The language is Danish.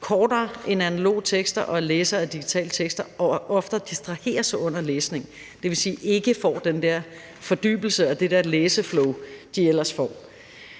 kortere end analoge tekster, og at læsere af digitale tekster oftere distraheres under læsningen, dvs. ikke får den der fordybelse og det der læseflow, de ellers